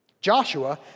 Joshua